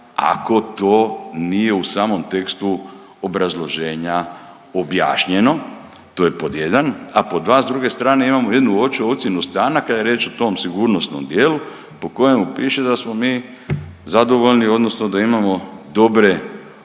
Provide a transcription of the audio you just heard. ako to nije u samom tekstu obrazloženja objašnjeno. To je pod 1. A pod 2 imamo s druge strane imamo jednu opću ocjenu stranaka i riječ o tom sigurnosnom dijelu po kojemu piše da smo mi zadovoljni, odnosno da imamo dobre